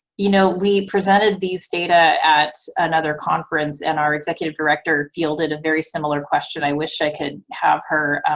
you know, we presented these data at another conference and our executive director fielded a very similar question. i wish i could have her